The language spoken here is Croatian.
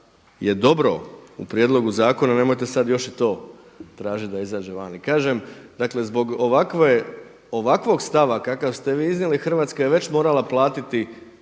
je dobro u prijedlogu zakona nemojte sad još i to tražiti da izađe van. I kažem dakle zbog ovakvog stava kakav ste vi iznijeli Hrvatska je već morala platiti